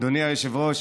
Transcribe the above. אדוני היושב-ראש,